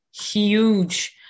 huge